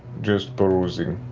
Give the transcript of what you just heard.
just perusing.